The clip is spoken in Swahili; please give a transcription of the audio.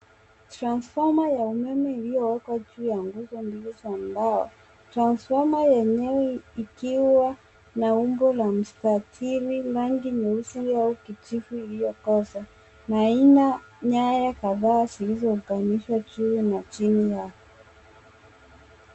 Transformer ya umeme iliyowekwa juu ya nguzo mbili za mbao . Transformer yenyewe ikiwa na umbo la mstatili, rangi nyeusi au kijivu iliokoza na ina nyaya kadhaa juu zilizounganishwa juu na chini yake.